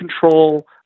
control